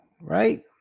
right